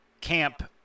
camp